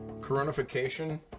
Coronification